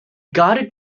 guided